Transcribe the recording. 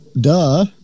duh